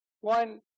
One